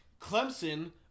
Clemson